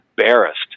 embarrassed